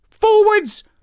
forwards